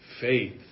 faith